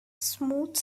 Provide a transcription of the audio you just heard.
smooth